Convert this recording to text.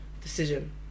decision